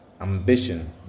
ambition